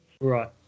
Right